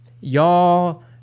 Y'all